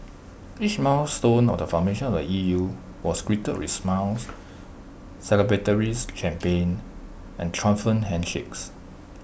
each milestone of formation of the E U was greeted with smiles celebratory champagne and triumphant handshakes